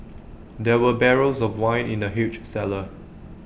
there were barrels of wine in the huge cellar